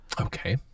Okay